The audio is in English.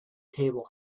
table